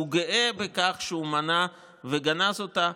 והוא גאה בכך שהוא מנע וגנז אותה.